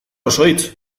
osoitz